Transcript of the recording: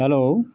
hello